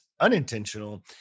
unintentional